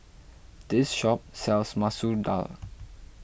this shop sells Masoor Dal